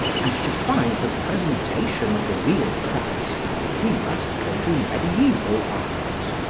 and to find the presentation of the real christ we must go to mediaeval art.